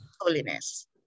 holiness